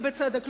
ובצדק,